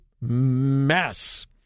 mess